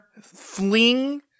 fling